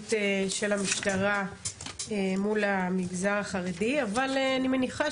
ההתנהלות של המשטרה מול המגזר החרדי אבל אני מניחה